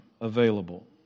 available